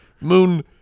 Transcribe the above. moon